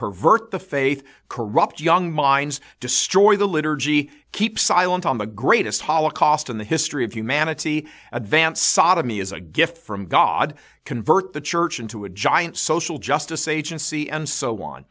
pervert the faith corrupt young minds a story the liturgy keep silent on the greatest holocaust in the history of humanity advance sodomy is a gift from god convert the church into a giant social justice agency and so on